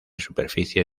superficie